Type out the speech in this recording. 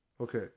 Okay